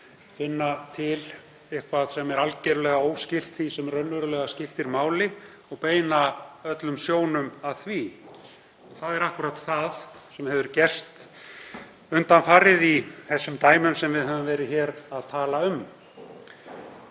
finna til eitthvað sem er algjörlega óskylt því sem raunverulega skiptir máli og beina sjónum að því. Það er akkúrat það sem gerst hefur undanfarið í þeim dæmum sem við höfum verið hér að tala um.